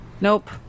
Nope